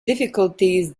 difficulties